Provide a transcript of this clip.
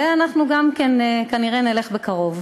ואנחנו גם כן כנראה נלך בקרוב.